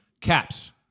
Caps